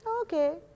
Okay